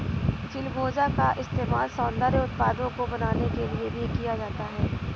चिलगोजा का इस्तेमाल सौन्दर्य उत्पादों को बनाने के लिए भी किया जाता है